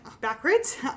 backwards